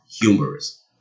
humorous